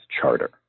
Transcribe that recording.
charter